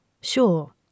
Sure